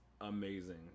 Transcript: amazing